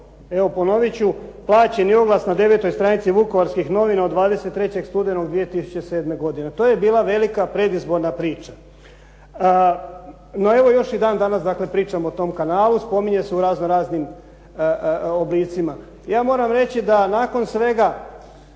evo ponovit ću, plaćeni oglas na devetoj stranici Vukovarskih novina od 23. studenog 2007. godine. To je bila velika predizborna priča. No veo još i dan danas pričamo o tom kanalu, spominje se u razno raznim oblicima. Ja moram reći da nakon svega